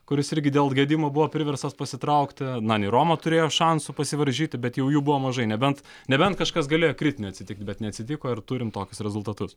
kuris irgi dėl gedimo buvo priverstas pasitraukti naniroma turėjo šansų pasivaržyti bet jau jų buvo mažai nebent nebent kažkas galėjo kritinio atsitikt bet neatsitiko ir turim tokius rezultatus